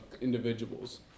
individuals